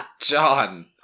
John